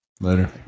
Later